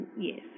Yes